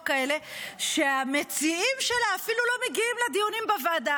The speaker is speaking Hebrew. כאלה שהמציעים שלהן אפילו לא מגיעים לדיונים בוועדה,